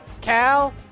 Cal